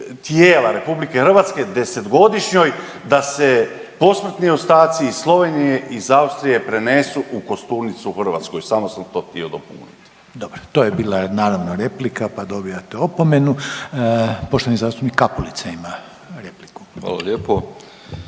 tijela RH, desetgodišnjoj, da se posmrtni ostaci iz Slovenije i iz Austrije prenesu u kosturnicu u Hrvatskoj. Samo sam to htio dopuniti. **Reiner, Željko (HDZ)** Dobro, to je bila, naravno, replika, pa dobivate opomenu. Poštovani zastupnik Kapulica ima repliku. **Kapulica,